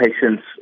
patients